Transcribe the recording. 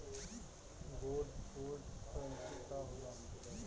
Gold bond करतिं का होला?